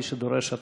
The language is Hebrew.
כפי שדורש התקנון.